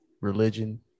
religion